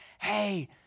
Hey